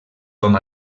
com